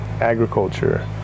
agriculture